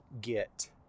get